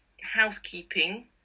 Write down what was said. housekeeping